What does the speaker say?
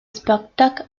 spartak